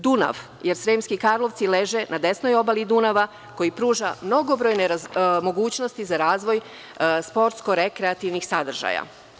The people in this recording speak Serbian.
Dunav – jer Sremski Karlovci leže na desnoj obali Dunava, koji pruža mnogobrojne mogućnosti za razvoj sportsko-rekreativnih sadržaja.